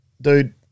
dude